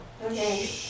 Okay